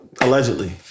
Allegedly